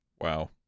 Wow